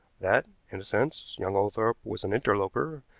that, in a sense, young oglethorpe was an interloper,